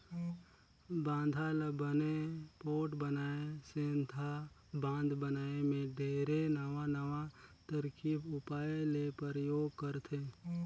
बांधा ल बने पोठ बनाए सेंथा बांध बनाए मे ढेरे नवां नवां तरकीब उपाय ले परयोग करथे